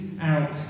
out